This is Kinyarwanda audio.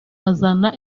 azana